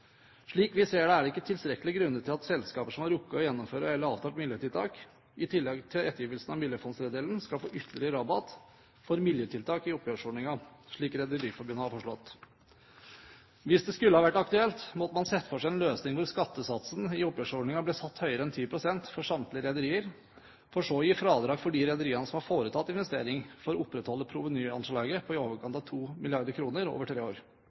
Slik vi ser det, er det ikke tilstrekkelige grunner til at selskaper som har rukket å gjennomføre eller avtale miljøtiltak i tillegg til ettergivelsen av miljøfondstredjedelen skal få en ytterligere rabatt for miljøtiltak i oppgjørsordningen, slik Rederiforbundet har foreslått. Hvis dette skulle være aktuelt, måtte man se for seg en løsning hvor skattesatsen i oppgjørsordningen ble satt høyere enn 10 pst. for samtlige rederier, for så å gi fradrag for de rederiene som har foretatt investeringene, for å opprettholde provenyanslaget på i overkant av 2 mrd. kr over tre år.